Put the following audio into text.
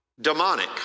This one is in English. demonic